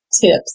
tips